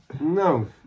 No